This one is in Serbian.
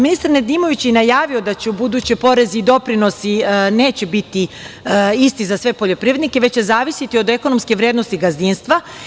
Ministar Nedimović je najavio da ubuduće porezi i doprinosi neće biti isti za sve poljoprivrednike, već će zavisiti od ekonomske vrednosti gazdinstva.